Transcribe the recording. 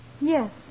Yes